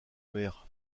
mer